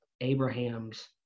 abraham's